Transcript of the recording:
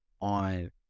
on